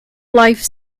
life